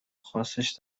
خاصش